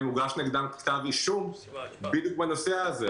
הוגש נגדן כתב אישום בדיוק בנושא הזה,